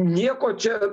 nieko čia